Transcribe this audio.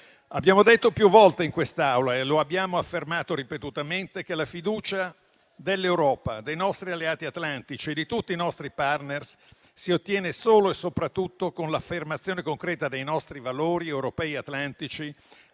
Abbiamo detto più volte in quest'Aula - e lo abbiamo affermato ripetutamente -che la fiducia dell'Europa, dei nostri alleati atlantici e di tutti i nostri *partner* si ottiene solo e soprattutto con l'affermazione concreta dei nostri valori europei e atlantici